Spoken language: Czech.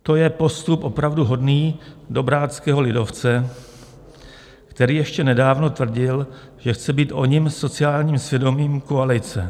To je postup opravdu hodný dobráckého lidovce, který ještě nedávno tvrdil, že chce být oním sociálním svědomím koalice.